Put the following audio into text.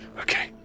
Okay